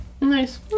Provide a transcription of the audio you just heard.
Nice